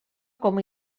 com